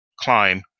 climb